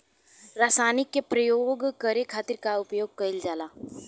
रसायनिक के प्रयोग करे खातिर का उपयोग कईल जाला?